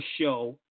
show